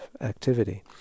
activity